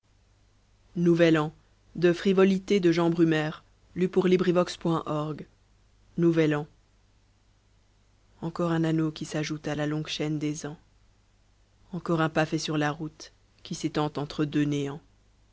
nouvel an encor un anneau qui s'ajoute a la longue chaîne des ans encor un pas fait sur la route qui s'étend entre deux néants